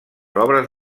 obres